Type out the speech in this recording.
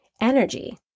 energy